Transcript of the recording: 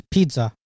Pizza